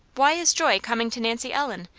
why is joy coming to nancy ellen?